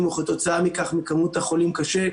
או כתוצאה מכך מכמות החולים קשה,